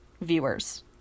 viewers